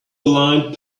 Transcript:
aligned